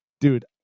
Dude